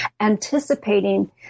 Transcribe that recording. anticipating